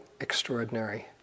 extraordinary